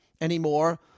anymore